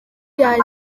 yaje